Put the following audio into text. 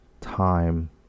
time